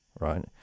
right